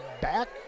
back